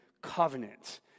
covenant